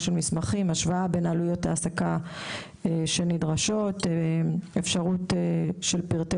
של מסמכים; השוואה בין עלויות העסקה נדרשות; אפשרות של פרטי